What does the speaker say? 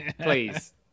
Please